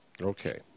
Okay